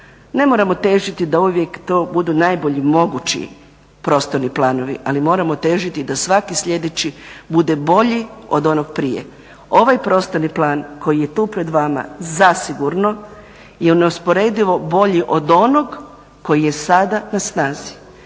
Ne moramo težiti da uvijek to budu najbolji mogući prostorni planovi, ali moramo težiti da svaki sljedeći bude bolji od onog prije. Ovaj prostorni plan koji je tu pred vama zasigurno je neusporedivo bolji od onoga koji je sada na snazi.